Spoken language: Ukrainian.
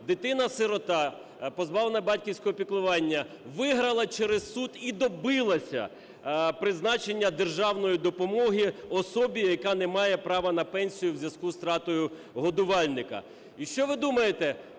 дитина-сирота, позбавлена батьківського піклування, виграла через суд і добилася призначення державної допомоги особі, яка не має права на пенсію у зв'язку з втратою годувальника. І що ви думаєте,